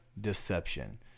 deception